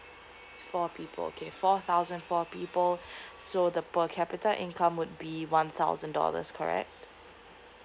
four people okay four thousand four people so the per capita income would be one thousand dollars correct